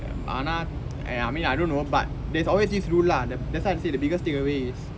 ஆனா:aanaa I mean I don't know but there's always this rule lah that that's why I say the biggest theories